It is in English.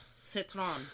Citron